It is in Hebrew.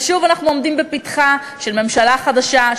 ושוב אנחנו עומדים בפתחה של ממשלה חדשה,